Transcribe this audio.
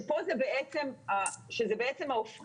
כאן זה בעצם האופקי.